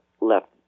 left